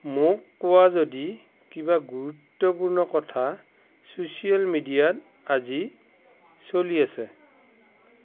মোক কোৱা যদি কিবা গুৰুত্বপূৰ্ণ কথা ছ'চিয়েল মিডিয়াত আজি চলি আছে